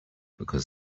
because